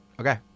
Okay